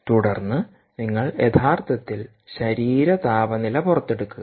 തുടർന്ന് നിങ്ങൾ യഥാർത്ഥത്തിൽ ശരീര താപനില പുറത്തെടുക്കുക